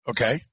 Okay